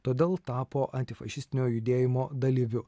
todėl tapo antifašistinio judėjimo dalyviu